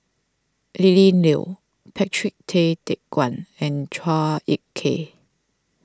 Lily Neo Patrick Tay Teck Guan and Chua Ek Kay